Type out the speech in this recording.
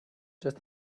just